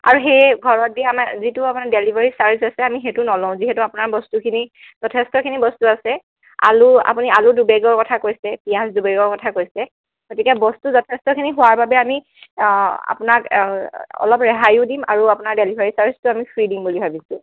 আৰু সেয়ে ঘৰত দিয়া আমাৰ যিটো আপোনাৰ ডেলিভাৰী ছাৰ্জ আছে সেইটো নলওঁ যিহেতু আপোনাৰ বস্তুখিনি যথেষ্টখিনি বস্তু আছে আলু আপুনি আলু দুবেগৰ কথা কৈছে পিঁয়াজ দুবেগৰ কথা কৈছে গতিকে বস্তু যথেষ্টখিনি হোৱাৰ বাবে আমি আপোনাক অলপ ৰেহায়ো দিম আৰু আপোনাৰ ডেলিভাৰী ছাৰ্জটো ফ্ৰী দিম বুলি ভাবিছোঁ